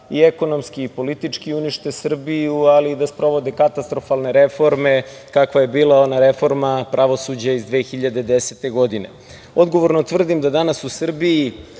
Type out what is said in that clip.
i ekonomski i politički unište Srbiju, ali i da sprovode katastrofalne reforme kakva je bila ona reforma pravosuđa iz 2010. godine. Odgovorno tvrdim da danas u Srbiji